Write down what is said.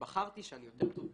ובחרתי שאני יותר טוב בתכנות.